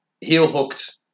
heel-hooked